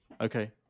Okay